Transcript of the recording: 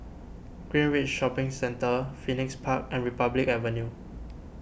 Greenridge Shopping Centre Phoenix Park and Republic Avenue